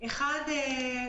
- האם זו הפעם הראשונה של המפר,